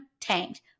tanked